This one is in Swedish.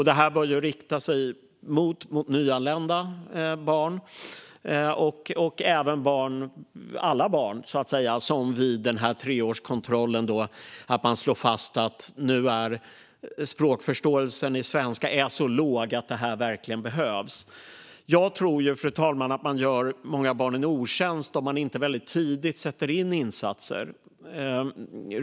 Detta bör rikta sig mot nyanlända barn och alla barn om man vid treårskontrollen slår fast att språkförståelsen när det gäller svenska är så låg att det verkligen behövs. Jag tror, fru talman, att man gör många barn en otjänst om man inte väldigt tidigt sätter in insatser.